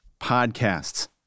podcasts